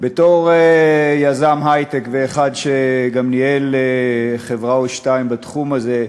בתור יזם היי-טק ואחד שגם ניהל חברה או שתיים בתחום הזה,